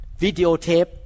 videotape